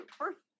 first